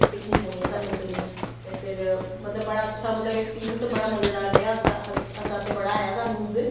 ते सिक्खनी पौनी ऐ साह्नू स्विमिंग ते फिर मतलव बड़ा अच्छा ऐक्सपिरिंस पे बड़ा मज़ेदार रेहा हास्सा ते बड़ा आया साह्नू उस दिन